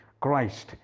Christ